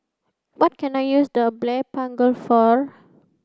what can I use the Blephagel for